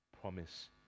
promise